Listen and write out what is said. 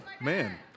man